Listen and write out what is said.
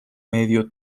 medio